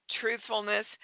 truthfulness